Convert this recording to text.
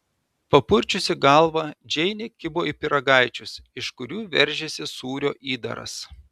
papurčiusi galvą džeinė kibo į pyragaičius iš kurių veržėsi sūrio įdaras